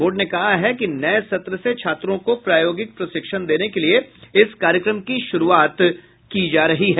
board ने कहा कि नये सत्र से छात्रों को प्रायोगिक प्रशिक्षण देने के लिये इस कार्यक्रम की शुरूआत की जा रही है